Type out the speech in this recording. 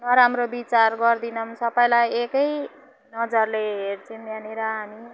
नराम्रो विचार गर्दैनौँ सबैलाई एकै नजरले हेर्छौँ यहाँनिर हामी